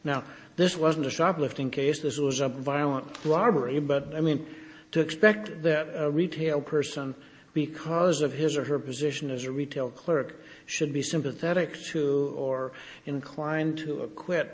now this wasn't a shoplifting case this was a violent robbery but i mean to expect that a retail person because of his or her position as a retail clerk should be sympathetic to or inclined to acquit